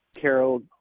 Carol